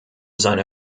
seine